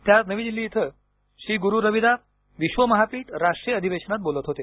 ते आज नवी दिल्ली इथं श्री गुरू रविदास विश्व महापीठ राष्ट्रीय अधिवेशनात बोलत होते